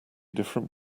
different